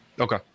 Okay